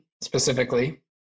specifically